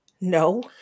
No